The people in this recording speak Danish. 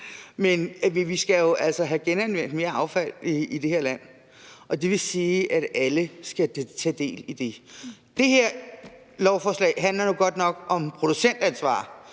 Men vi skal jo altså have genanvendt mere affald i det her land, og det vil sige, at alle skal tage del i det. Det her lovforslag handler nu godt nok om producentansvar,